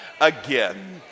again